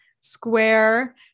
square